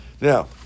Now